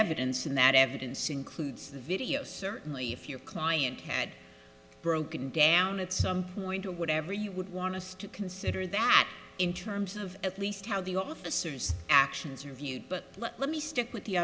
evidence and that evidence includes the video certainly if your client had broken down at some point or whatever you would want us to consider that in terms of at least how the officers actions are viewed but let me stick with the